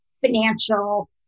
financial